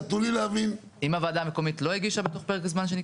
זו וועדה אחרת.